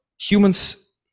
humans